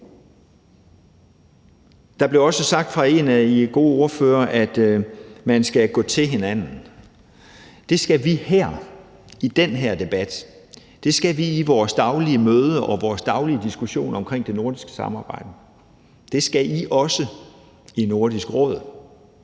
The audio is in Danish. Der blev også sagt af en af jer gode ordførere, at man skal gå til hinanden. Det skal vi her i den her debat, det skal vi i vores daglige møde og i vores daglige diskussion omkring det nordiske samarbejde, og det skal I også i Nordisk Råd.